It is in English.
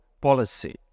policy